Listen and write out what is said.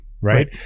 Right